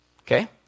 Okay